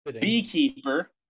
Beekeeper